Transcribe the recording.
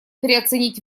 переоценить